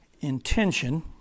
intention